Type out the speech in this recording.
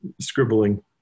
scribbling